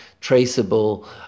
traceable